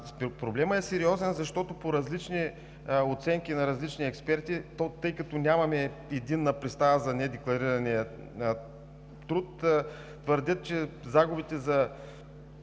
Проблемът е сериозен, защото оценки на по-различни експерти, тъй като нямаме единна представа за недекларирания труд, твърдят, че загубите за